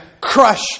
crush